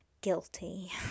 guilty